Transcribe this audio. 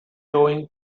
towing